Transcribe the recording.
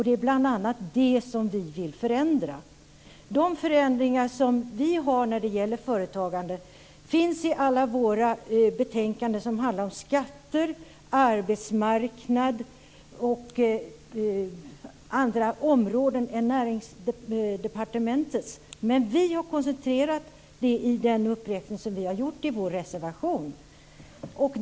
Det är bl.a. det som vi vill förändra. De förändringar som vi föreslår när det gäller företagande finns i betänkanden om skatter, arbetsmarknad och andra områden än Näringsdepartementets. Men vi har koncentrerat det till den uppräkning som vi har i vår reservation.